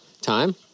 time